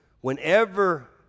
Whenever